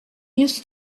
used